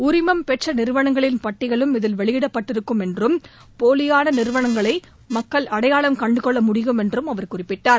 உரிமம் பெற்ற நிறுவனங்களின் பட்டியலும் இதில் வெளியிடப்பட்டிருக்கும் என்றும் போலியான நிறுவனங்களை மக்கள் அடையாளம் கண்டுகொள்ள முடியும் என்றும் அவர் குறிப்பிட்டார்